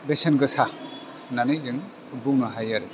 बेसेन गोसा होन्नानै जों बुंनो हायो आरो